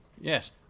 Yes